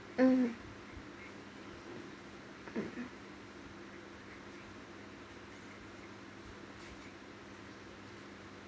um